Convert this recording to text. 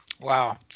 Wow